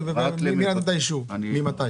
מי נתן את האישור ומתי?